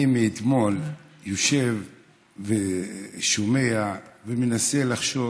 אני מאתמול יושב ושומע ומנסה לחשוב